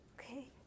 Okay